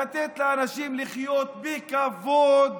לתת לאנשים לחיות בכבוד,